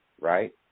right